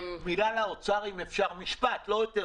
פנייה למשרד האוצר, אם אפשר, משפט, לא יותר.